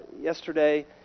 yesterday